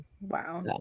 wow